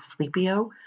Sleepio